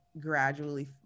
gradually